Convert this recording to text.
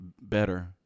Better